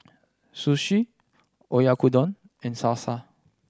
Sushi Oyakodon and Salsa